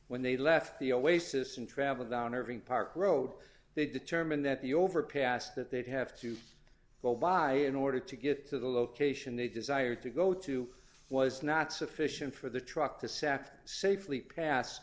when they left the always this and traveled down irving park road they determined that the overpass that they'd have to go by in order to get to the location they desired to go to was not sufficient for the truck to sat safely pas